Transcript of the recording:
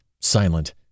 silent